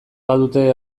badute